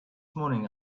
morning